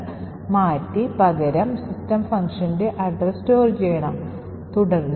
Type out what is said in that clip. ഇപ്പോൾ കാനറികൾ enable ആകുമ്പോൾ കുറച്ച് അധിക നിർദ്ദേശങ്ങൾ ചേർക്കുന്നു